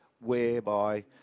whereby